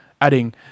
adding